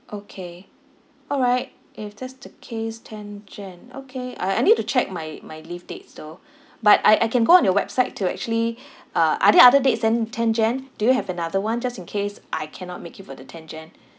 okay all right if that's the case tenth january okay I I need to check my my leave dates though but I I can go on your website to actually uh are there other dates than tenth january do you have another one just in case I cannot make it for the tenth january